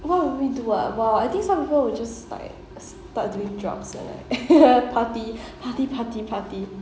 what would we do ah !wah! I think some people will just like start doing drugs and like party party party party